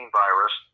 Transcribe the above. virus